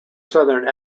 southern